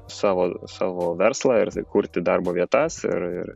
savo savo verslą ir kurti darbo vietas ir ir